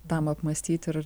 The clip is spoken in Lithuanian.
tam apmąstyti ir